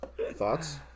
Thoughts